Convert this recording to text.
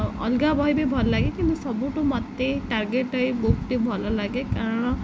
ଅଲଗା ବହି ବି ଭଲ ଲାଗେ କିନ୍ତୁ ସବୁଠୁ ମୋତେ ଟାର୍ଗେଟ ଏଇ ବୁକ୍ଟି ଭଲ ଲାଗେ କାରଣ